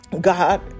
God